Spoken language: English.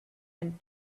and